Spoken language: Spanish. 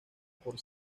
por